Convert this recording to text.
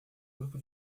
grupo